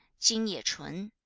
jin ye chun,